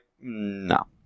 no